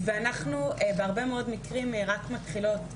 ואנחנו בהרבה מאוד מקרים רק מתחילות.